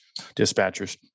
dispatchers